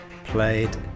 played